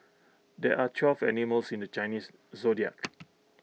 there are twelve animals in the Chinese Zodiac